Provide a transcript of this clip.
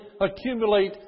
accumulate